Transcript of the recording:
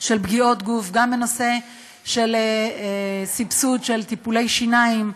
פגיעות גוף, גם בנושא של סבסוד טיפולי שיניים,